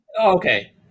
Okay